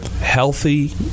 healthy